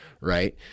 right